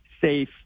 safe